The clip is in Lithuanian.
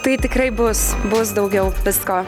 tai tikrai bus bus daugiau visko